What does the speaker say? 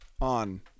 on